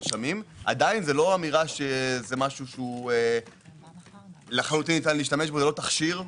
עדיין זה לא אמירה שזה משהו שלחלוטין ניתן להשתמש בו ללא תכשיר.